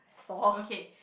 okay